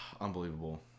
Unbelievable